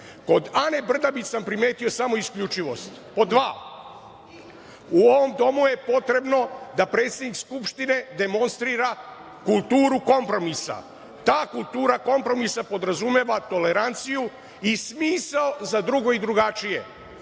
Kod Ane Brnabić sam primetio samo isključivost. Pod dva, u ovom domu je potrebno da predsednik Skupštine demonstrira kulturu kompromisa. Ta kultura kompromisa podrazumeva toleranciju i smisao za drugo i drugačije.